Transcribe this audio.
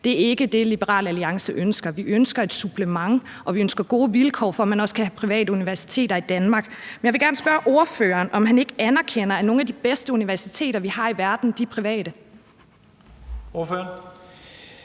Det er ikke det, Liberal Alliance ønsker. Vi ønsker et supplement, og vi ønsker gode vilkår for, at man også kan have private universiteter i Danmark. Jeg vil gerne spørge ordføreren, om han ikke anerkender, at nogle af de bedste universiteter, vi har i verden, er private. Kl.